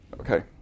okay